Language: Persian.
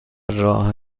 راه